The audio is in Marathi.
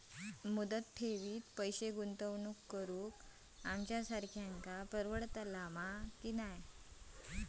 मुदत ठेवीत पैसे गुंतवक आमच्यासारख्यांका परवडतला की नाय?